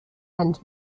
and